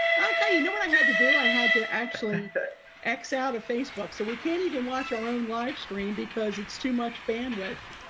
okay, you know what i had to do? i had to actually x out of facebook, so we can't even watch our own livestream because it's too much bandwidth.